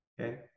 okay